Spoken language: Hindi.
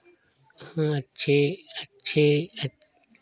वहाँ अच्छे अच्छे